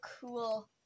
cool